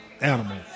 animal